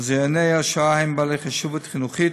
מוזיאוני השואה הם בעלי חשיבות חינוכית,